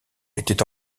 était